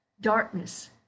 darkness